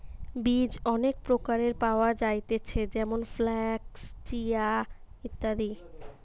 বীজ অনেক প্রকারের পাওয়া যায়তিছে যেমন ফ্লাক্স, চিয়া, ইত্যাদি